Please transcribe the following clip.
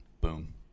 boom